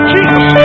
Jesus